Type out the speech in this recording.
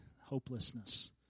hopelessness